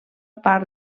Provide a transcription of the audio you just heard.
part